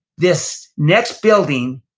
this next building,